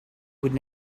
would